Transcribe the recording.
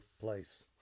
place